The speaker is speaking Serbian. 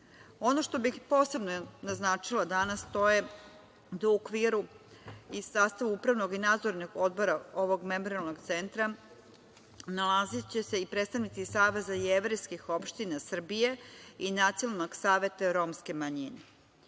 što bih posebno naznačila danas to je da u okviru i u sastavu Upravnog i Nadzornog Odbora ovog Memorijalnog centra nalaziće se i predstavnici Saveza jevrejskih opština Srbije i Nacionalnog saveta romske manjine.